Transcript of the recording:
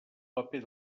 paper